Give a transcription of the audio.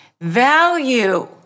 value